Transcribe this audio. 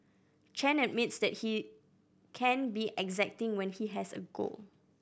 Chen admits that he can be exacting when he has a goal